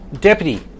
Deputy